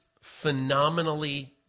phenomenally